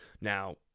Now